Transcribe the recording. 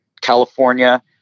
California